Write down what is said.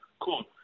Cool